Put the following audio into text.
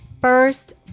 first